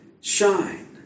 shine